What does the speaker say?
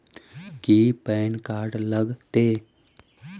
की PAN card लग तै?